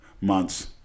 months